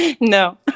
No